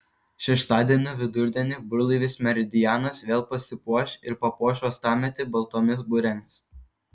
šeštadienio vidurdienį burlaivis meridianas vėl pasipuoš ir papuoš uostamiestį baltomis burėmis